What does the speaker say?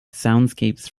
soundscapes